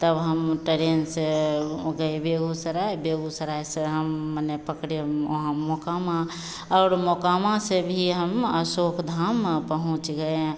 तब हम टरेन से वह गए बेगूसराय बेगूसराय से हम माने पकड़े वहाँ मोकामा और मोकामा से भी हम अशोक धाम पहुँच गए